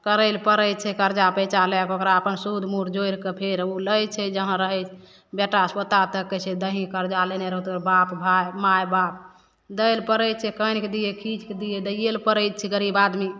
करै ले पड़ै छै करजा पैँचा लैके ओकरा अपन सूद मूर जोड़िके फेर ओ लै छै जहाँ रहै बेटा पोता तक कहै छै दही करजा लेने रहौ तोहर बाप भाइ माइ बाप दै ले पड़ै छै कानिके दिए खीजिके दिए दैए ले पड़ै छै गरीब आदमी